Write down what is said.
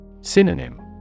Synonym